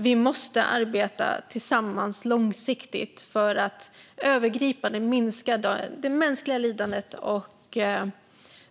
Vi måste arbeta tillsammans långsiktigt för att övergripande minska det mänskliga lidandet och